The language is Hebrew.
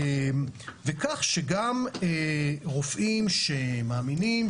כך שגם רופאים שמאמינים,